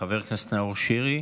חבר הכנסת נאור שירי,